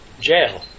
jail